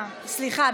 אה, סליחה.